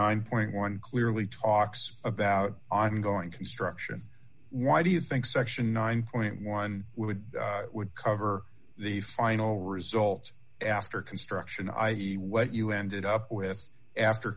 nine point one clearly talks about i'm going construction why do you think section nine point one would would cover the final result after construction i e what you ended up with after